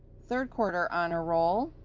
third quarter honor roll,